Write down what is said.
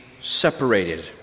separated